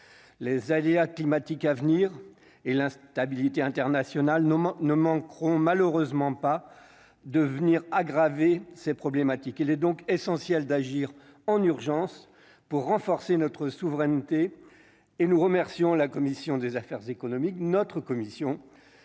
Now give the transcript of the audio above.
les aléas climatiques à venir et l'instabilité internationale nous ne manqueront malheureusement pas devenir aggraver ces problématiques, il est donc essentiel d'agir en urgence pour renforcer notre souveraineté et nous remercions la commission des affaires économiques, notre commission